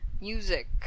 music